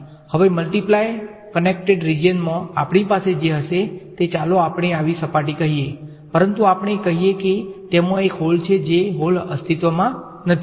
હવે multiply connected રીજીયનમાં આપણી પાસે જે હશે તે ચાલો આપણે આવી સપાટી કહીએ પરંતુ આપણે કહીએ કે તેમાં એક હોલ છે જે હોલ અસ્તિત્વમાં નથી